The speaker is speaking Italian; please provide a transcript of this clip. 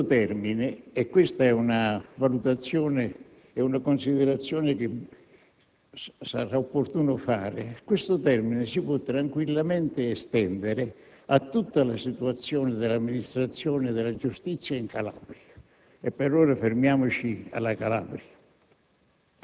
questo termine - è una considerazione che sarà opportuno fare - si può tranquillamente estendere a tutta la situazione dell'amministrazione della giustizia in Calabria (e per ora fermiamoci alla Calabria).